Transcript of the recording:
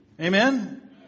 Amen